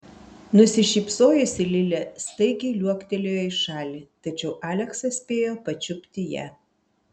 nusišypsojusi lilė staigiai liuoktelėjo į šalį tačiau aleksas spėjo pačiupti ją